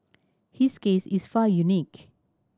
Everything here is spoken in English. his case is far unique